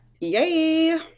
Yay